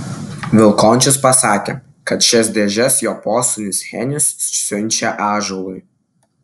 vilkončius pasakė kad šias dėžes jo posūnis henius siunčia ąžuolui